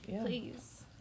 please